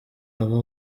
aba